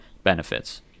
Benefits